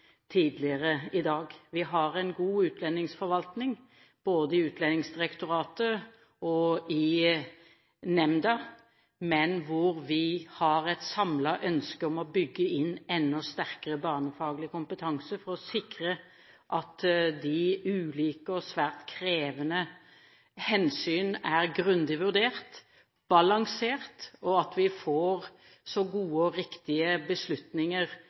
tidligere i dag. Vi har en god utlendingsforvaltning, både i Utlendingsdirektoratet og i nemnda, men vi har et samlet ønske om å bygge inn enda sterkere barnefaglig kompetanse for å sikre at de ulike og svært krevende hensyn er grundig vurdert og balansert, og at vi får så gode og riktige beslutninger